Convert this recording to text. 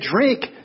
drink